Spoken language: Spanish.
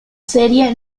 serie